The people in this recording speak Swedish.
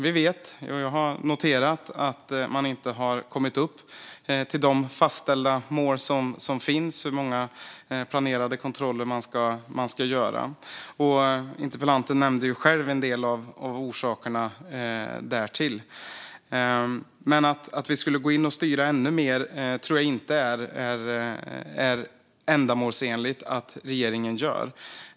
Jag har noterat att de inte har kommit upp till de fastställda mål som finns när det gäller hur många planerade kontroller som de ska göra. Interpellanten nämnde själv en del av orsakerna till det. Men att regeringen skulle gå in och styra ännu mer tror jag inte är ändamålsenligt.